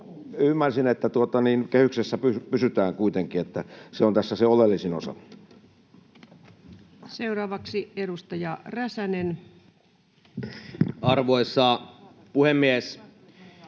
ymmärsin, että kehyksessä tietenkin pysytään kuitenkin, se on tässä se oleellisin osa. Seuraavaksi edustaja Räsänen. Arvoisa puhemies!